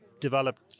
developed